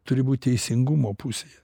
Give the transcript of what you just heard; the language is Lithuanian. turi būt teisingumo pusėje